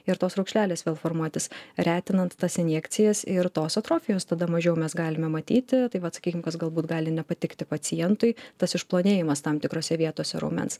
ir tos raukšlelės vėl formuotis retinant tas injekcijas ir tos atrofijos tada mažiau mes galime matyti tai vat sakykim galbūt gali nepatikti pacientui tas išplonėjimas tam tikrose vietose raumens